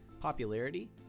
popularity